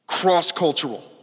cross-cultural